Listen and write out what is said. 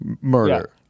murder